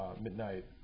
midnight